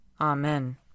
Amen